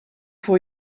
for